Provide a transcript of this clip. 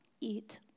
Eat